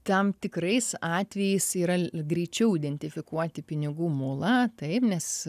tam tikrais atvejais yra greičiau identifikuoti pinigų mulą tai nes